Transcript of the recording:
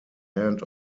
end